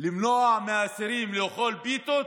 למנוע מאסירים לאכול פיתות,